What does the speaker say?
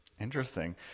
Interesting